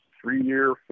three-year